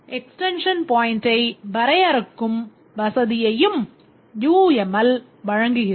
Extension point ஐ வரையறுக்கும் வசதியையும் UML வழங்குகிறது